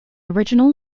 original